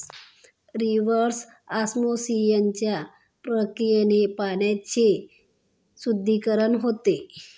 reverse ऑस्मॉसिसच्या प्रक्रियेने पिण्याच्या पाण्याचे शुद्धीकरण होते